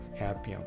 happy